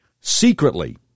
secretly